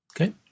Okay